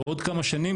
בעוד כמה שנים,